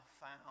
found